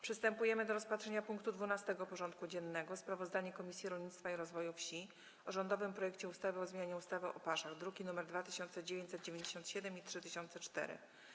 Przystępujemy do rozpatrzenia punktu 12. porządku dziennego: Sprawozdanie Komisji Rolnictwa i Rozwoju Wsi o rządowym projekcie ustawy o zmianie ustawy o paszach (druki nr 2997 i 3004)